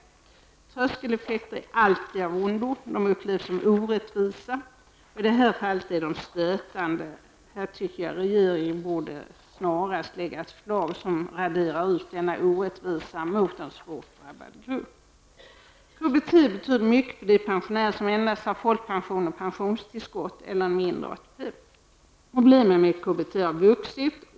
Tröskeleffekter är alltid av ondo. De upplevs som orättvisa. I det här fallet är de stötande. Regeringen borde snarast lägga fram ett förslag som raderar ut denna orättvisa mot en svårt drabbad grupp. KBT betyder mycket för de pensionärer som endast har folkpension och pensionstillskott eller en mindre ATP. Problemen med KBT har vuxit.